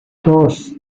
dos